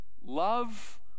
love